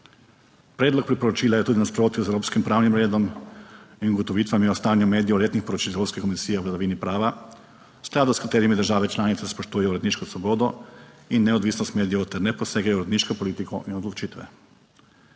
Predlog priporočila je tudi v nasprotju z evropskim pravnim redom in ugotovitvami o stanju medijev, letnih poročil Evropske komisije o vladavini prava, v skladu s katerimi države članice spoštujejo uredniško svobodo in neodvisnost medijev ter ne posegajo v uredniško politiko in odločitve.